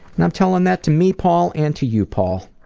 and i'm telling that to me-paul and to you-paul.